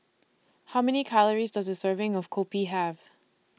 How Many Calories Does A Serving of Kopi Have